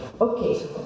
Okay